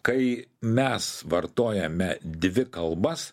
kai mes vartojame dvi kalbas